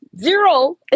zero